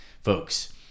folks